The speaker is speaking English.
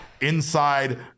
inside